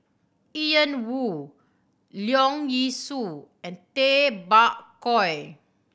Ian Woo Leong Yee Soo and Tay Bak Koi